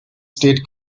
state